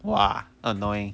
!wah! annoying